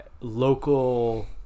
local